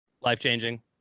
life-changing